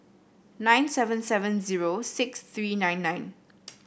nine seven seven zero six three nine nine